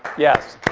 yes.